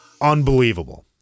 unbelievable